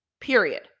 period